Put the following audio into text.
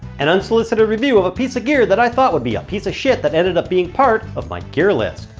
an unsolicited review of a piece of gear i thought would be a piece of shit that ended up being part of my gear list.